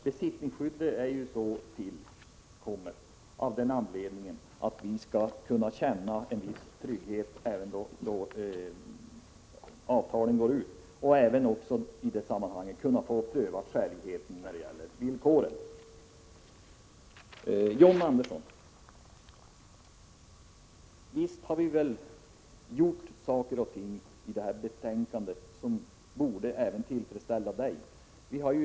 Besittningsskyddet har tillkommit av den anledningen att det skall finnas trygghet även då avtalen går ut och för att skäligheten i villkoren skall kunna prövas. Visst står det saker i betänkandet som borde tillfredsställa även John Andersson.